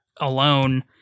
alone